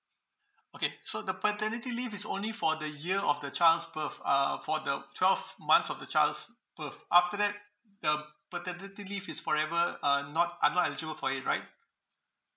okay so the paternity leave is only for the year of the child's birth uh uh for the twelve months of the child's birth after that the paternity leave is forever uh not I'm not eligible for it right